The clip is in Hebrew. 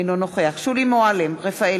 אינו נוכח שולי מועלם-רפאלי,